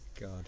God